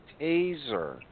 taser